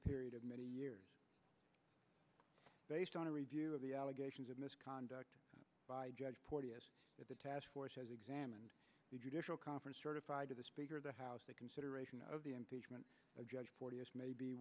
period of many years based on a review of the allegations of misconduct by judge porteous that the task force has examined the judicial conference certified to the speaker of the house the consideration of the impeachment a judge porteous may be